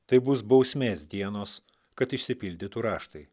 tai bus bausmės dienos kad išsipildytų raštai